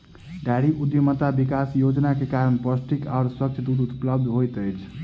dairy उद्यमिता विकास योजना के कारण पौष्टिक आ स्वच्छ दूध उपलब्ध होइत अछि